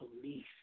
police